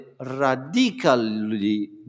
radically